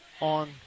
on